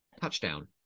Touchdown